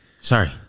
Sorry